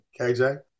KJ